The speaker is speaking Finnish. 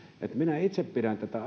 minä itse pidän tätä